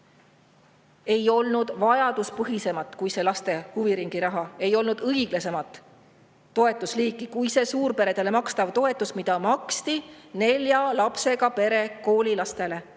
Ei olnud vajaduspõhisemat kui see laste huviringi raha, ei olnud õiglasemat toetusliiki kui see suurperedele makstav toetus, mida maksti nelja lapsega pere koolilastele.